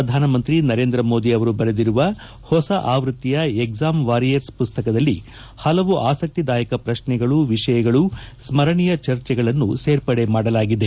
ಪ್ರಧಾನಮಂತ್ರಿ ನರೇಂದ್ರ ಮೋದಿ ಅವರು ಬರೆದಿರುವ ಹೊಸ ಆವ್ಯಕ್ತಿಯ ಎಕ್ಸಾಮ್ ವಾರಿಯರ್ಸ್ ಮುತ್ತಕದಲ್ಲಿ ಪಲವು ಆಸಕ್ತಿದಾಯಕ ಪ್ರಕ್ನೆಗಳು ವಿಷಯಗಳು ಸ್ತರಣೀಯ ಚರ್ಚೆಗಳನ್ನು ಸೇರ್ಪಡೆ ಮಾಡಲಾಗಿದೆ